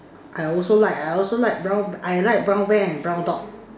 I also like I also like brown I like brown bear and brown dog